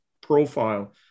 profile